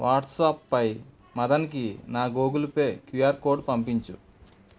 వాట్సాప్పై మదన్కి నా Google Pay QR code పంపించు